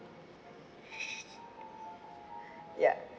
ya